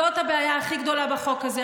זאת הבעיה הכי גדולה בחוק הזה,